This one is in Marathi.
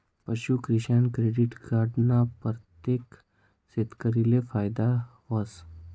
पशूकिसान क्रेडिट कार्ड ना परतेक शेतकरीले फायदा व्हस